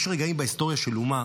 יש רגעים בהיסטוריה של אומה